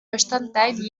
bestandteil